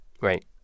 Right